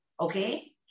Okay